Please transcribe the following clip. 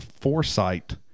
foresight